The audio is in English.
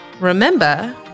Remember